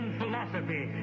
philosophy